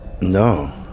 No